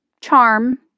charm